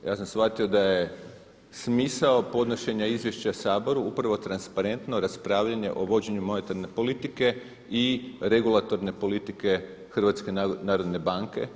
Ja sam shvatio da je smisao podnošenja izvješća Saboru upravo transparentno raspravljanje o vođenju monetarne politike i regulatorne politike HNB-a.